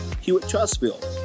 Hewitt-Trustville